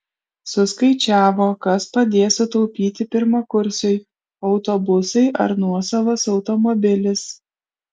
suskaičiavo kas padės sutaupyti pirmakursiui autobusai ar nuosavas automobilis